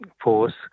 Force